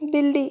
बिल्ली